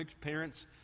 Parents